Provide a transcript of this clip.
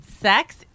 sex